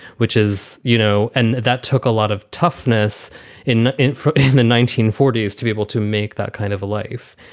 which is, you know. and that took a lot of toughness in in the nineteen forty s to be able to make that kind of a life.